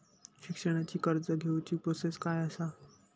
शिक्षणाची कर्ज घेऊची प्रोसेस काय असा?